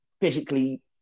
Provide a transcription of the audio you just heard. physically